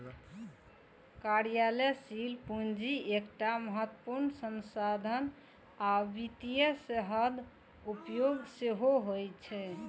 कार्यशील पूंजी एकटा महत्वपूर्ण संसाधन आ वित्तीय सेहतक उपाय सेहो होइ छै